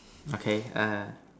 okay err